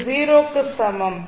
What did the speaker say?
அது 0 க்கு சமம்